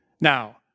Now